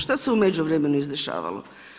Šta se u međuvremenu izdešavalo?